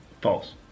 False